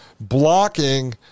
blocking